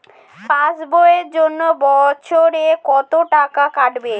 Pass বইয়ের জন্য বছরে কত টাকা কাটবে?